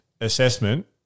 assessment